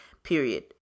Period